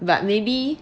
but maybe